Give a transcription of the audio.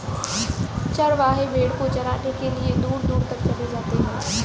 चरवाहे भेड़ को चराने के लिए दूर दूर तक चले जाते हैं